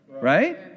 Right